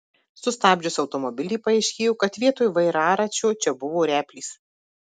sustabdžius automobilį paaiškėjo kad vietoj vairaračio čia buvo replės